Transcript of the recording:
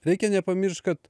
reikia nepamiršt kad